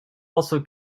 also